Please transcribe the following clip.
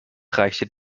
reichte